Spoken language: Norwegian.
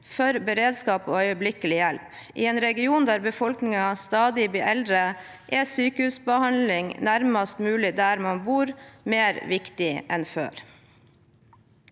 for beredskap og øyeblikkelig hjelp. I en region der befolkningen stadig blir eldre, er sykehusbehandling nærmest mulig der man bor, mer viktig enn før.